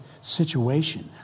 situation